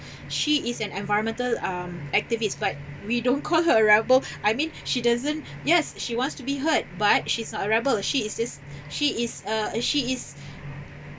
she is an environmental um activist but we don't call her a rebel I mean she doesn't yes she wants to be heard but she's not a rebel she is this she is uh she is